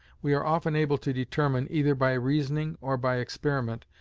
we are often able to determine, either by reasoning or by experiment,